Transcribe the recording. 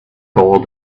call